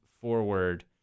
forward